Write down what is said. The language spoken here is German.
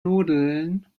nudeln